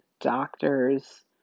doctors